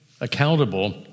accountable